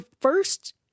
first